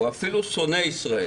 והוא אפילו שונא ישראל?